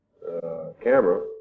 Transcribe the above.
camera